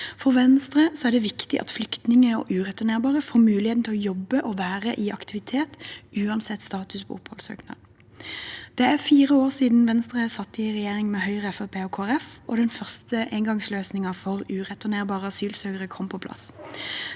For Venstre er det viktig at flyktninger og ureturnerbare får muligheten til å jobbe og være i aktivitet, uansett status på oppholdssøknaden. Det er fire år siden Venstre satt i regjering med Høyre, Fremskrittspartiet og Kristelig Folkeparti og den første engangsløsningen for ureturnerbare asylsøkere kom på plass.